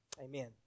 Amen